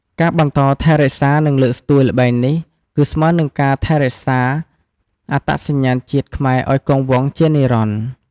ការបន្តថែរក្សា និងលើកស្ទួយល្បែងនេះ គឺស្មើនឹងការថែរក្សាអត្តសញ្ញាណជាតិខ្មែរឱ្យគង់វង្សជានិរន្តរ៍។